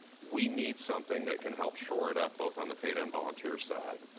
we need something that can help shore it up both on the paid and volunteer side.